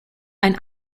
ein